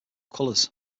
colors